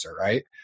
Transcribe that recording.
right